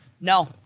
No